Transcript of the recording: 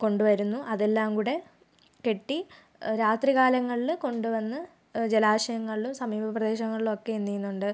കൊണ്ട് വരുന്നു അതെല്ലാം കൂടെ കെട്ടി രാത്രി കാലങ്ങളിൽ കൊണ്ട് വന്ന് ജലാശയങ്ങളിലും സമീപ പ്രദേശങ്ങളിലും ഒക്കെ എന്ത് ചെയ്യുന്നുണ്ട്